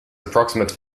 approximate